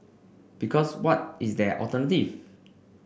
because what is their alternative